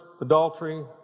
adultery